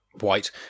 white